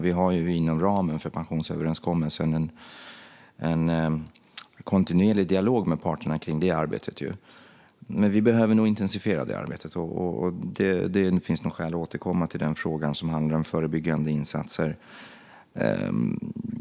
Vi har inom ramen för pensionsöverenskommelsen en kontinuerlig dialog med parterna om det arbetet. Men vi behöver nog intensifiera det arbetet. Det finns skäl att återkomma till frågan som handlar om förebyggande insatser.